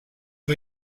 who